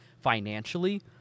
financially